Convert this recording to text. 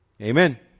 Amen